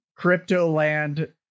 CryptoLand